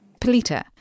Polita